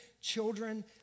children